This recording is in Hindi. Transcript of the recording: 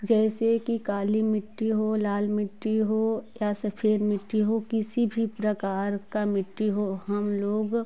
जैसे कि काली मिट्टी हो लाल मिट्टी हो या सफेद मिट्टी हो किसी भी प्रकार का मिट्टी हो हम लोग